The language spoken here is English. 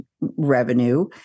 revenue